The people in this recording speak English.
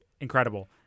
incredible